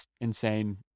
insane